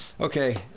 Okay